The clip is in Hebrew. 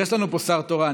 יש לנו פה שר תורן.